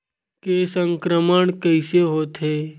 के संक्रमण कइसे होथे?